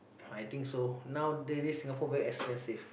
I think so now daily Singapore very expensive